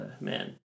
man